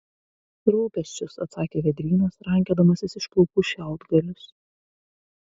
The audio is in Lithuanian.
rūpesčius atsakė vėdrynas rankiodamasis iš plaukų šiaudgalius